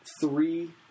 three